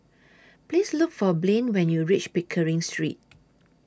Please Look For Blain when YOU REACH Pickering Street